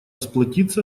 сплотиться